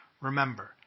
Remember